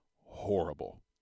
horrible